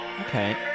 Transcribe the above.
Okay